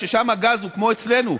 ששם הגז הוא כמו אצלנו,